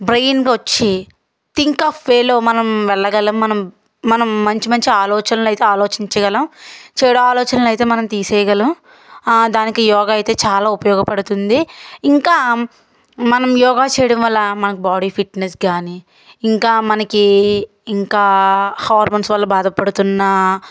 brain వచ్చి think of వేలో మనం వెళ్ళగలం మనం మనం మంచి మంచి ఆలోచనలు అయితే ఆలోచించగలం చెడు ఆలోచనలు అయితే మనం తీసేయగలం దానికి యోగ అయితే చాలా ఉపయోగపడుతుంది ఇంకా మనం యోగా చేయడం వల్ల మనకు బాడీ ఫిట్నెస్ కాని ఇంకా మనకి ఇంకా హార్మోన్స్ వల్ల బాధపడుతున్న